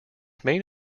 main